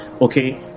Okay